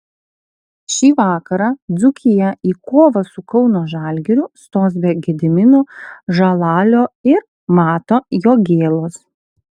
šį vakarą dzūkija į kovą su kauno žalgiriu stos be gedimino žalalio ir mato jogėlos